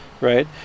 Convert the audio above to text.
right